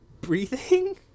breathing